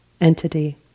entity